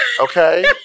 Okay